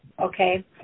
Okay